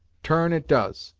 turn it does,